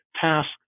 task